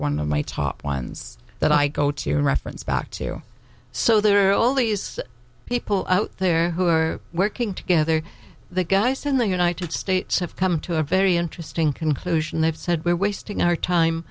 one of my top ones that i go to reference back to so there are all these people out there who are working together the guy saying the united states have come to a very interesting conclusion they've said we're wasting our time